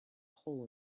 hole